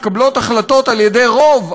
מתקבלות החלטות על-ידי רוב,